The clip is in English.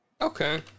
Okay